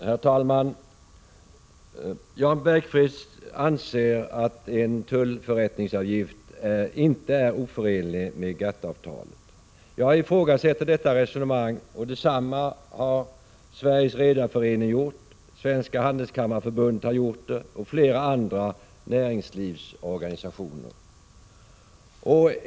Herr talman! Jan Bergqvist anser att en tullförrättningsavgift inte är oförenlig med GATT-avtalet. Jag ifrågasätter detta resonemang, liksom Sveriges redareförening, Svenska handelskammarförbundet och flera andra näringslivsorganisationer gör.